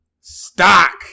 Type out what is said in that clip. Stock